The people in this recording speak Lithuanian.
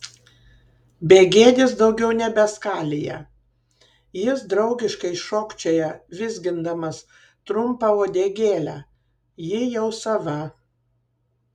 begėdis daugiau nebeskalija jis draugiškai šokčioja vizgindamas trumpą uodegėlę ji jau sava